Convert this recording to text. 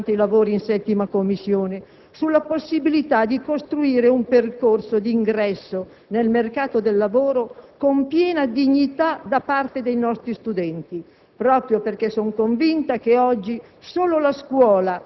Ho molto insistito sull'orientamento al lavoro durante i lavori in 7a Commissione, sulla possibilità di costruire un percorso d'ingresso nel mercato del lavoro con piena dignità da parte dei nostri studenti